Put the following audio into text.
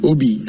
Obi